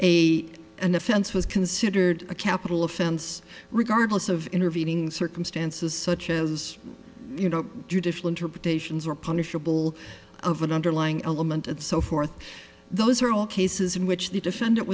offense was considered a capital offense regardless of intervening circumstances such as you know judicial interpretations or punishable of an underlying element and so forth those are all cases in which the defendant